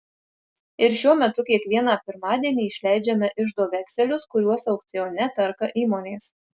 ir šiuo metu kiekvieną pirmadienį išleidžiame iždo vekselius kuriuos aukcione perka įmonės